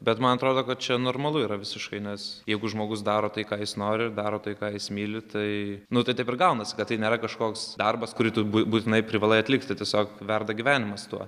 bet man atrodo kad čia normalu yra visiškai nes jeigu žmogus daro tai ką jis nori daro tai ką jis myli tai nu tai taip ir gaunasi kad tai nėra kažkoks darbas kurį tu bū būtinai privalai atlikti tiesiog verda gyvenimas tuo